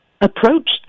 approached